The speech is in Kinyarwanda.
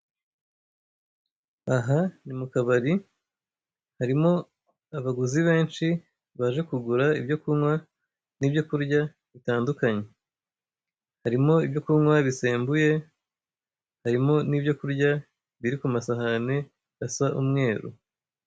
Aha ni mu kabari harimo abaguzi benshi baje kugura ibyo kunywa n'ibyo kurya bitandukanye . Harimo ibyo kunywa bisembuye, harimo nibyo kurya biri ku masahane asa umweru.